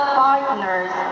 partners